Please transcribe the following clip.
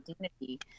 identity